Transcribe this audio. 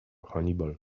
hannibal